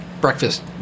breakfast